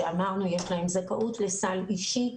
שאמרנו שיש להם זכאות לסל אישי,